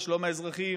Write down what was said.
על שלום האזרחים,